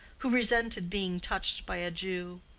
who resented being touched by a jew.